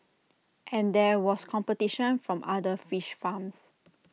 and there was competition from other fish farms